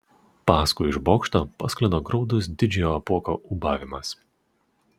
paskui iš bokšto pasklido graudus didžiojo apuoko ūbavimas